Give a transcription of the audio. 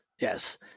Yes